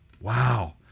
Wow